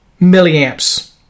milliamps